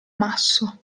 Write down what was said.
masso